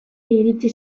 iritsi